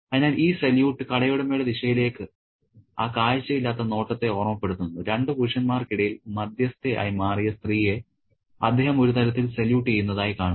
അതിനാൽ ഈ സല്യൂട്ട് കടയുടമയുടെ ദിശയിലേക്ക് ആ കാഴ്ചയില്ലാത്ത നോട്ടത്തെ ഓർമ്മപ്പെടുത്തുന്നു രണ്ട് പുരുഷന്മാർക്ക് ഇടയിൽ മധ്യസ്ഥയായി മാറിയ സ്ത്രീയെ അദ്ദേഹം ഒരു തരത്തിൽ സല്യൂട്ട് ചെയ്യുന്നതായി കാണുന്നു